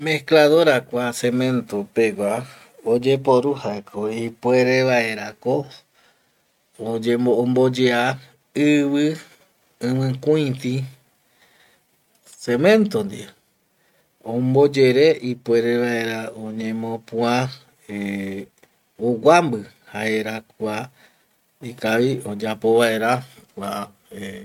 Mescladora kua cemento pegua oyeporu jaeko ipuere vaerako omboyea ivi ivikuiti cemento ndie omboyere ipuere vaera oñemopua eh oguambi jaera kua ikavi oyapo vaera kua